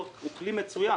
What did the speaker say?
הוא כלי מצוין.